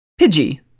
pidgey